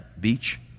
Beach